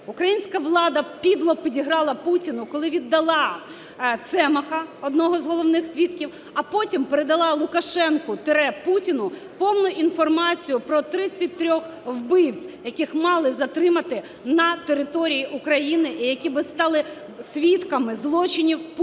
українська влада підло підіграла Путіну, коли віддала Цемаха, одного з головних свідків, а потім передала Лукашенку тире Путіну повну інформацію про 33 вбивць, яких мали затримати на території України і які би стали свідками злочинів Путіна.